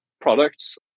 products